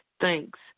Thanks